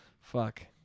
Fuck